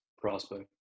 prospect